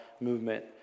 movement